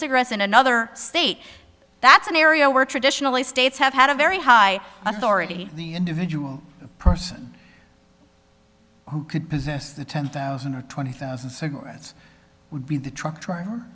cigarettes in another state that's an area where traditionally states have had a very high authority the individual person who could possess the ten thousand or twenty thousand cigarettes would be the truck driver